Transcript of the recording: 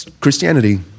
Christianity